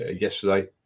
yesterday